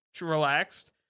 relaxed